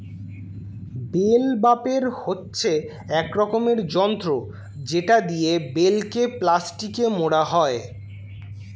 bell wrapper হচ্ছে এক রকমের যন্ত্র যেটা দিয়ে বেলকে প্লাস্টিকে মোড়া হয়